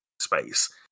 space